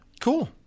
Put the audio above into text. Cool